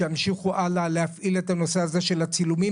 שימשיכו הלאה להפעיל את הנושא הזה של הצילומים